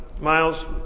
miles